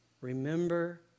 remember